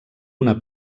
una